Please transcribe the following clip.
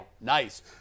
Nice